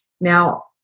Now